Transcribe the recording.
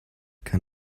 can